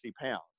pounds